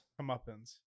Comeuppance